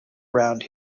around